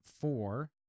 four